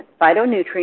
phytonutrients